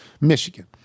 Michigan